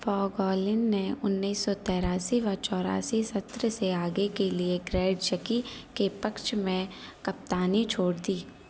फ़ोगोलि ने उन्नीस सौ तिरासी वा चौरासी सत्र से आगे के लिए ग्रैडचक्की के पक्ष में कप्तानी छोड़ दी